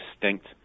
distinct